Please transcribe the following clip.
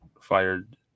fired